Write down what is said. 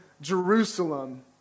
Jerusalem